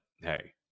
hey